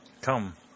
come